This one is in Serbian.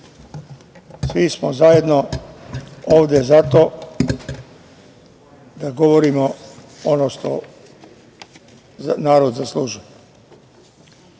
svi smo zajedno ovde zato da govorimo ono što narod zaslužuje.